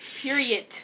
Period